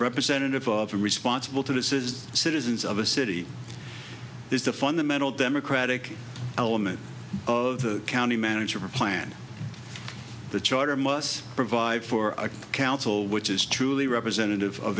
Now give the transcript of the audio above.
representative of a responsible to the citizens of a city is the fundamental democratic element of the county manager plan the charter must provide for a council which is truly representative of